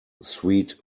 sweet